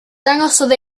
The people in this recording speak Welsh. dangosodd